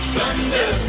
Thunder